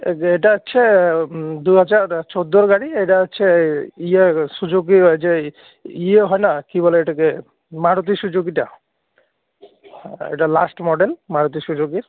এ যে এটা হচ্ছে দুহাজার চোদ্দোর গাড়ি এটা হচ্ছে ইয়ের সুজুকি যে ইয়ে যে ইয়ে হয় না কী বলে এটাকে মারুতি সুজুকিটা হ্যাঁ এটা লাস্ট মডেল মারুতি সুজুকির